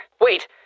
wait